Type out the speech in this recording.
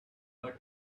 but